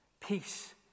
Peace